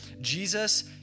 Jesus